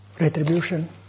retribution